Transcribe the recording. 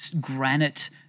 granite